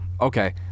okay